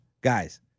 Guys